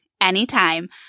anytime